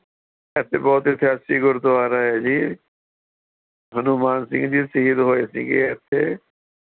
ਇੱਥੇ ਬਹੁਤ ਇਤਿਹਾਸਿਕ ਗੁਰਦੁਆਰਾ ਹੈ ਜੀ ਹਨੂੰਮਾਨ ਸਿੰਘ ਜੀ ਸ਼ਹੀਦ ਹੋਏ ਸੀ ਇੱਥੇ